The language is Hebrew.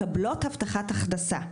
מקבלות הבטחת הכנסה.